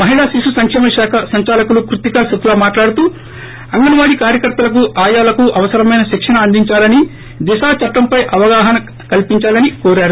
మహిళా శిశు సంకేమ శాఖ సంచాలకులు కృత్తికా శుక్లా మాట్హడుతూ అంగన్ వాడీ కార్వకర్తలకు ఆయాలకు అవసరమెన శిక్షణ అందించాలని దిశా చట్లంపై అవగాహన కల్సించాలని కోరారు